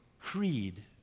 creed